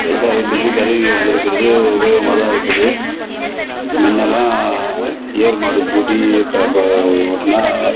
விவசாயத்துக்கு கருவிகள் வந்துருக்கிறது உபயோகமாக தான் இருக்குது முன்னலாம் ஏர்மாடு பூட்டி கலப்பை ஓட்டினா